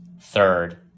third